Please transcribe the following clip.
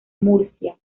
murcia